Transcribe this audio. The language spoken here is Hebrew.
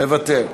מוותר,